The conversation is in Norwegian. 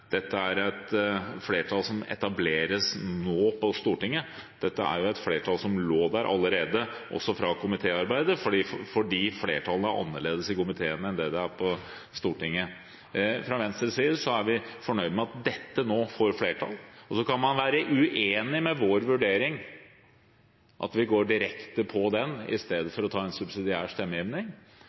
dette er et flertall som etableres på Stortinget nå. Dette er et flertall som var der allerede i komitéarbeidet, fordi flertallet i komiteen er annerledes enn i plenum på Stortinget. Fra Venstres side er vi fornøyd med at dette nå får flertall. Så kan man være uenig i vår vurdering, at vi går direkte for det i stedet for å stemme subsidiært, men jeg håper at det er flere partier som blir med på en subsidiær stemmegivning,